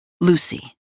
Lucy